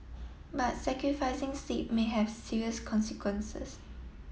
but sacrificing sleep may have serious consequences